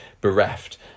bereft